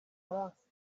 munsi